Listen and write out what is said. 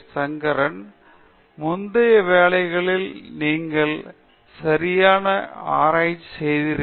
சங்கரன் முந்தைய வேலைகளில் நீங்கள் சரியான ஆராய்ச்சி செய்தீர்கள்